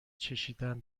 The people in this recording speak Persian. چشیدن